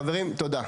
חברים, תודה.